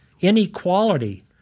inequality